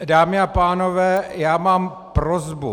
Dámy a pánové, mám prosbu.